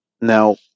Now